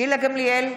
גילה גמליאל,